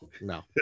No